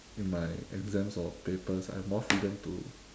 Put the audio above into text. in my exams or papers I had more freedom to